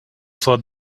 for